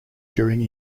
during